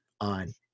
on